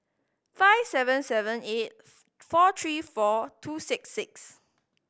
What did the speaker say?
five seven seven eight four three four two six six